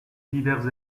divers